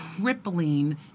crippling